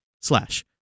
slash